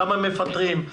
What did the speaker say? כמה מפטרים,